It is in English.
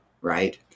right